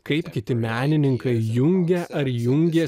kaip kiti menininkai jungia ar jungė